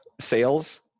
sales